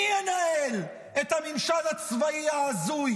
מי ינהל את הממשל הצבאי ההזוי